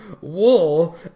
wool